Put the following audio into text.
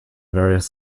various